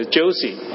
Josie